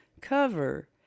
cover